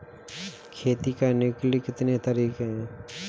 खेती करने के कितने तरीके हैं?